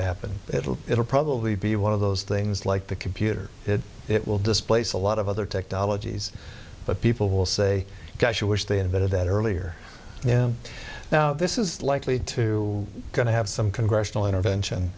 happen it will it'll probably be one of those things like the computer it will displace a lot of other technologies but people will say gosh i wish they invented that earlier and now this is likely to going to have some congressional intervention